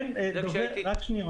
רק שנייה.